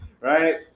Right